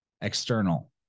external